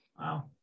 Wow